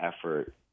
effort